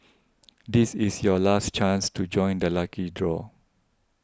this is your last chance to join the lucky draw